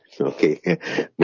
okay